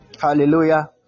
Hallelujah